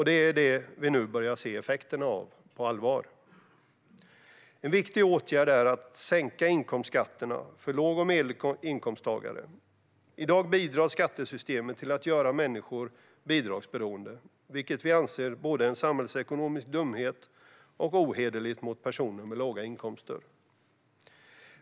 Det är det vi nu börjar se effekterna av på allvar. En viktig åtgärd är att sänka inkomstskatterna för låg och medelinkomsttagare. I dag bidrar skattesystemet till att göra människor bidragsberoende, vilket vi anser är både en samhällsekonomisk dumhet och ohederligt mot personer med låga inkomster.